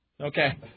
Okay